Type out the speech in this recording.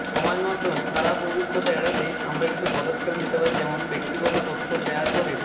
সমাজ মাধ্যমে খারাপ অভিজ্ঞতা এড়াতে আমরা কিছু পদক্ষেপ নিতে পারি যেমন ব্যক্তিগত তথ্য শেয়ার করে